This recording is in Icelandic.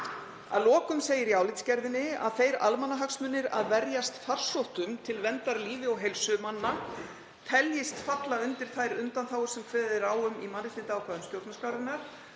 Að lokum segir í álitsgerðinni að þeir almannahagsmunir að verjast farsóttum til verndar lífi og heilsu manna teljist falla undir þær undanþágur sem kveðið er á um í mannréttindaákvæðum stjórnarskrárinnar,